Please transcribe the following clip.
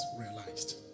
realized